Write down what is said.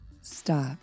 stop